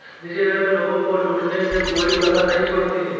निजी बैंक लोगों को लूटने में कोई कसर नहीं छोड़ती है